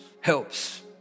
helps